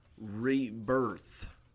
rebirth